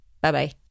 Bye-bye